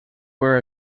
were